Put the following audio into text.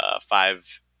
five